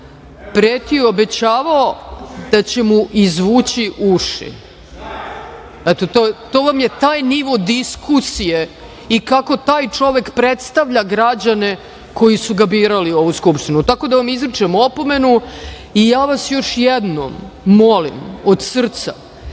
pretio i obećavao da će mu izvući uši. Eto to vam je taj nivo diskusije i kako taj čovek predstavlja građane koji su ga birali u ovu Skupštinu. Tako da vam izričem opomenu i ja vas još jednom molim od srca